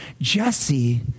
Jesse